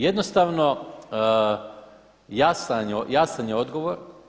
Jednostavno jasan je odgovor.